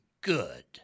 good